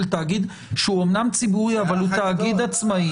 תאגיד שהוא אמנם ציבורי אבל הוא תאגיד עצמאי?